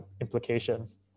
implications